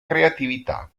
creatività